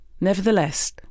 Nevertheless